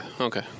okay